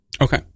Okay